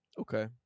Okay